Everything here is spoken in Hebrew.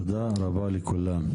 תודה רבה לכולם.